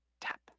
tap